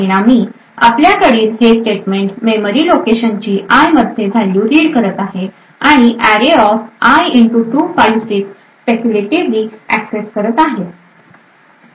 परिणामी आपल्याकडील हे स्टेटमेंट मेमरी लोकेशनची i मध्ये व्हॅल्यू रीड करत आहे आणि arrayi256 स्पेक्युलेटीवली ऍक्सेस करत आहे